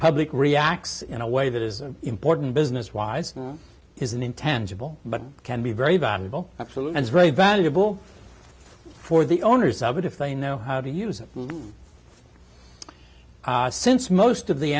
public reacts in a way that is important business wise is an intentional but can be very valuable absolute and very valuable for the owners of it if they know how to use it since most of the